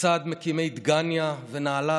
לצד מקימי דגניה ונהלל?